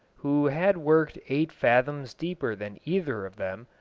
who had worked eight fathoms deeper than either of them,